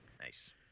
Nice